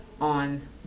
on